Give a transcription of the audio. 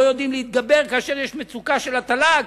לא יודעים להתגבר כאשר יש מצוקה של התל"ג.